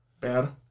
bad